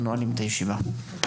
הישיבה ננעלה בשעה 10:46.